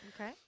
Okay